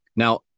Now